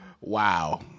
Wow